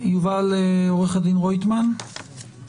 עורך הדין רויטמן, בבקשה.